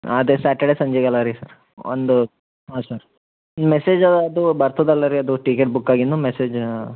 ಅದೇ ಸಾಟರ್ಡೆ ಸಂಜಿಗೆ ಅಲ್ಲ ರೀ ಸರ್ ಒಂದು ಹಾಂ ಸರ್ ಮೆಸೇಜ ಅದು ಬರ್ತದಲ್ಲ ಅಲ್ಲ ರೀ ಅದು ಟಿಕೆಟ್ ಬುಕ್ ಆಗಿಂದು ಮೆಸೇಜ